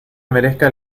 merezca